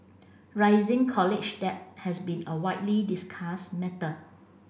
rising college debt has been a widely discussed matter